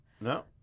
No